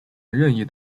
任意